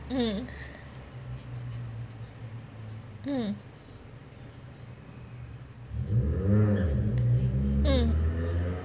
mm mm mm